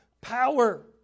power